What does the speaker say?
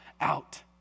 out